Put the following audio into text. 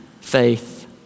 faith